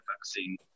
vaccine